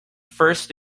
first